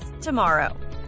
tomorrow